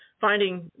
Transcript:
finding